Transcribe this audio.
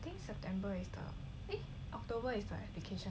eh september eh october is like vacation